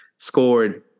Scored